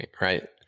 right